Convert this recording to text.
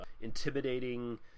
intimidating